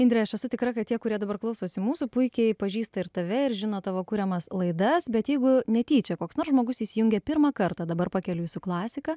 indre aš esu tikra kad tie kurie dabar klausosi mūsų puikiai pažįsta ir tave ir žino tavo kuriamas laidas bet jeigu netyčia koks nors žmogus įsijungė pirmą kartą dabar pakeliui su klasika